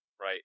right